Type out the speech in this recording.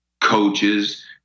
coaches